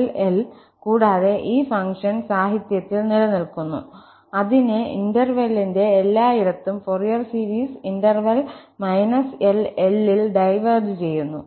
−L L കൂടാതെ ഈ function സാഹിത്യത്തിൽ നിലനിൽക്കുന്നു അതിന്റെ ഇന്റെർവെല്ലിൽ എല്ലായിടത്തും Fourier series interval −L L ൽ ഡൈവേർജ് ചെയ്യുന്നു